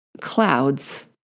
clouds